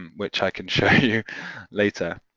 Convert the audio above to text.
and which i can show you later